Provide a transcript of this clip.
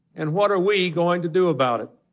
and what are we going to do about it?